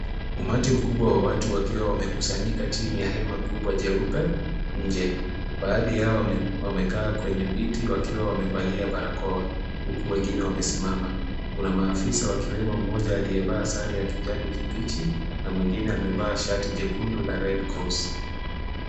Umati mkubwa wa watu wakiwa wamekusanyika chini ya hema kubwa jeupe nje. Baadhi yao wamekaa kwenye viti wakiwa wamevalia barakoa huku wengine wamesimama. Kuna maafisa wakiwemo mmoja aliyevaa sare ya kijani kibichi na mwingine amevaa shati jekundu la red cross .